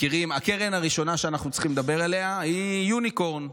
הקרן הראשונה שאנחנו צריכים לדבר עליה היא יוניקורן.